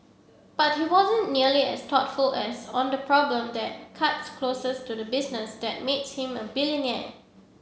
but he wasn't nearly as thoughtful as on the problem that cuts closest to the business that makes him a